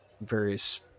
various